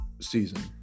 season